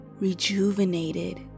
rejuvenated